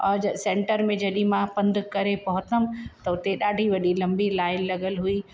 और सेंटर में जॾहिं मां पंधु करे पहुतमि त हुते ॾाढी वॾी लंबी लाइन लॻल हुई